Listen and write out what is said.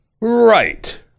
Right